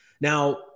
Now